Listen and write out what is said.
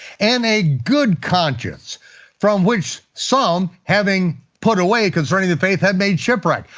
and a good conscience from which some, having put away concerning the faith, have made shipwreck.